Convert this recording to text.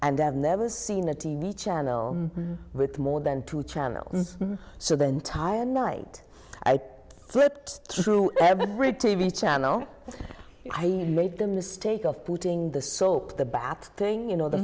and i've never seen a t v channel with more than two channels so the entire night i flipped through every t v channel i made the mistake of putting the soap the bat thing you know the